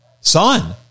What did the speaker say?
son